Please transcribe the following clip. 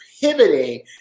pivoting